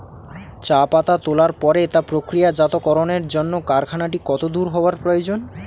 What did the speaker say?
চা পাতা তোলার পরে তা প্রক্রিয়াজাতকরণের জন্য কারখানাটি কত দূর হওয়ার প্রয়োজন?